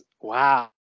wow